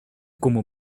como